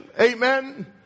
Amen